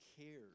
cares